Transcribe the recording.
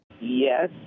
Yes